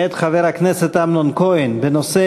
מאת חבר הכנסת אמנון כהן,